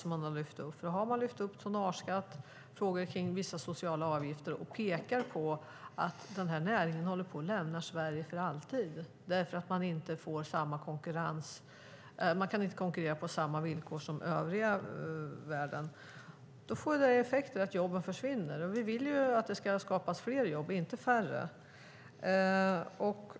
Frågan om tonnageskatt och vissa sociala avgifter har tagits upp, och det har påpekats att näringen håller på att lämna Sverige för alltid därför att det inte går att konkurrera på samma villkor som övriga världen. Det får effekten att jobben försvinner. Vi vill att det ska skapas fler jobb, inte färre.